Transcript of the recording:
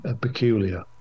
peculiar